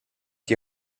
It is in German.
die